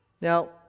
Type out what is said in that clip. Now